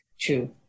true